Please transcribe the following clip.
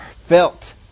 felt